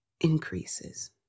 increases